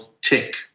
tick